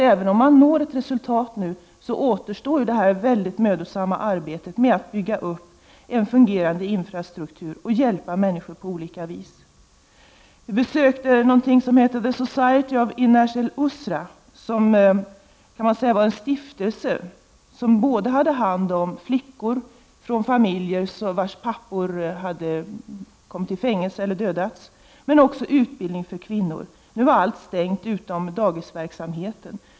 Även om man nu når resultat återstår det mycket mödosamma arbetet med att bygga upp en fungerande infrastruktur och att hjälpa människor på olika vis. Vi besökte bl.a. The Society of Inåsh El Usra, en stiftelse som både tar hand om flickor vars pappor hade hamnat i fängelse eller dödats och svarar för utbildning av kvinnor. Nu var allt stängt utom dagisverksamheten.